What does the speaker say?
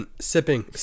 sipping